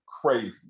crazy